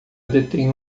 detém